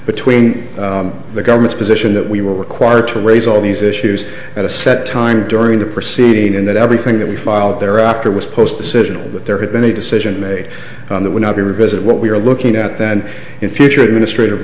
between the government's position that we were quire to raise all these issues at a set time during the proceeding and that everything that we filed thereafter was post decision but there had been a decision made on that we're not to revisit what we're looking at that in future administrative